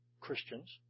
Christians